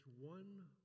one